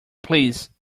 please